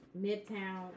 midtown